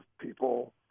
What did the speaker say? people